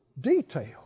Detail